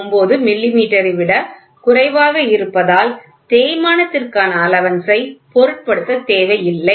09 மில்லிமீட்டரை விட குறைவாக இருப்பதால் தேய்மானத்திற்கான அலவன்ஸ் ஐ பொருட்படுத்த தேவையில்லை